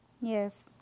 Yes